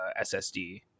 SSD